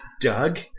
Doug